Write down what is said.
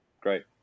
great